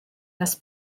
nes